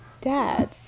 Dad